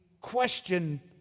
question